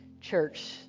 Church